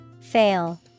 Fail